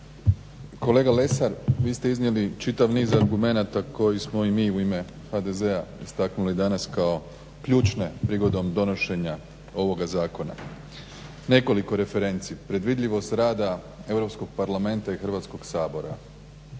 Kolega Lesar vi ste iznijeli čitav niz argumenata koji smo i mi u ime HDZ-a istaknuli danas kao ključne prigodom donošenja ovoga zakona. Nekoliko referenci predvidljivost rada Europskog parlamenta i Hrvatskog sabora,